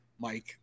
mike